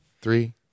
Three